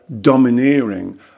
domineering